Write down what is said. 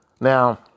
now